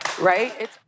right